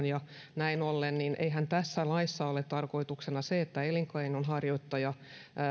ja näin ollen tässä laissa ei tarkoituksena ole se että elinkeinonharjoittaja